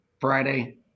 Friday